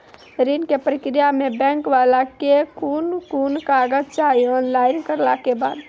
ऋण के प्रक्रिया मे बैंक वाला के कुन कुन कागज चाही, ऑनलाइन करला के बाद?